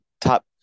top –